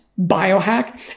biohack